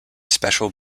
special